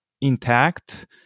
intact